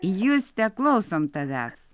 juste klausom tavęs